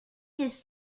his